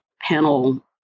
panel